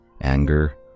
anger